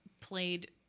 played